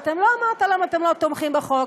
אבל לא אמרת למה אתם לא תומכים בחוק,